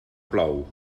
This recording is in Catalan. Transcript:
plou